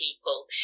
people